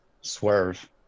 swerve